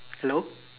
hello